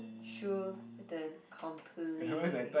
shouldn't complain